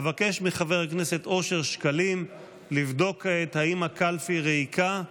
אבקש מחבר הכנסת אושר שקלים לבדוק כעת אם הקלפי ריקה,